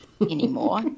anymore